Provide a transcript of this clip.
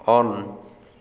on